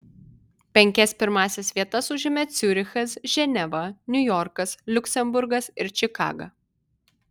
penkias pirmąsias vietas užėmė ciurichas ženeva niujorkas liuksemburgas ir čikaga